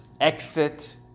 Exit